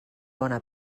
bona